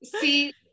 See